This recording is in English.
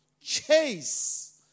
chase